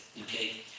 okay